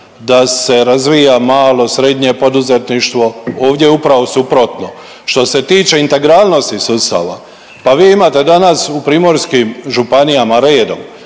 da se razvija malo, srednje poduzetništvo. Ovdje je upravo suprotno. Što se tiče integralnosti sustava, pa vi imate danas u primorskim županijama redom